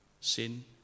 sin